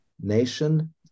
nation